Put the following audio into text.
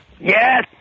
Yes